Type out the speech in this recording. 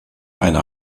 eine